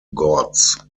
gods